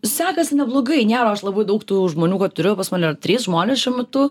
sekasi neblogai nėra aš labai daug tų žmonių kad turiu pas mane trys žmonės šiuo metu